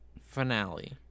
finale